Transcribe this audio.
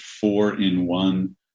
four-in-one